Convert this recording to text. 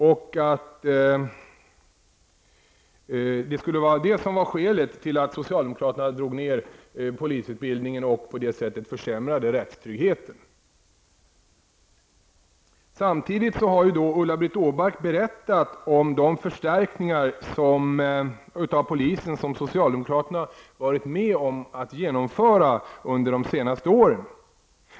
Detta skulle vara skälet till att socialdemokraterna drog ner polisutbildningen och på det sättet försämrade rättstryggheten. Samtidigt har Ulla-Britt Åbark berättat om de förstärkningar av polisen som socialdemokraterna varit med om att genomföra under de senaste åren.